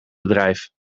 bedrijf